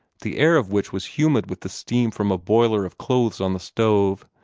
the air of which was humid with the steam from a boiler of clothes on the stove,